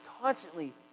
constantly